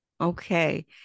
okay